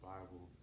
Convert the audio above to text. Bible